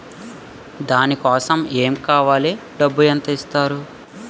దాని కోసం ఎమ్ కావాలి డబ్బు ఎంత ఇస్తారు?